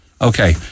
Okay